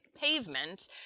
pavement